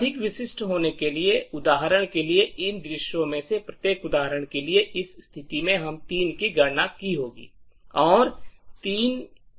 अधिक विशिष्ट होने के लिए उदाहरण के लिए इन दृश्यों में से प्रत्येक उदाहरण के लिए इस स्थिति में हम 3 की गणना की होगी